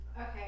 Okay